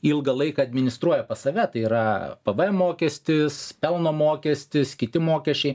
ilgą laiką administruoja pas save tai yra pvm mokestis pelno mokestis kiti mokesčiai